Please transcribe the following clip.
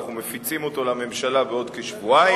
אנחנו מפיצים אותו לממשלה בעוד כשבועיים.